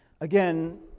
Again